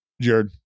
Jared